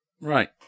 Right